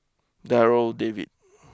Darryl David